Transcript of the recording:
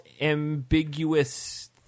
ambiguous